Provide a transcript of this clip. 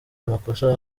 amakosa